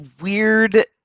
weird